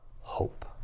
hope